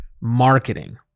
marketing